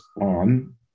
on